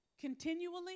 continually